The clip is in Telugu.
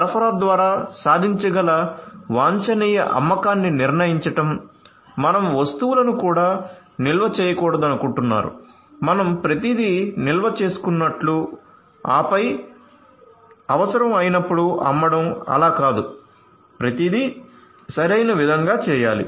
సరఫరా ద్వారా సాధించగల వాంఛనీయ అమ్మకాన్ని నిర్ణయించడం మనం వస్తువులను కూడా నిల్వ చేయకూడదనుకుంటున్నారు మనం ప్రతిదీ నిల్వచేసుకున్నట్లు ఆపై అవసరం అయినప్పుడు అమ్మడం అలా కాదు ప్రతిదీ సరైన విధంగా చేయాలి